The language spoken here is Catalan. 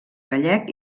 gallec